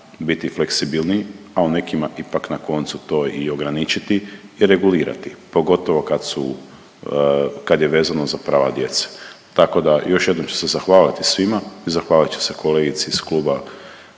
biti fleksibilniji, a u nekima ipak na koncu to i ograničiti i regulirati, pogotovo kad je vezano za prava djece. Tako da još jednom ću se zahvaliti svima i zahvalit ću se kolegici ih kluba